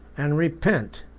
and repent.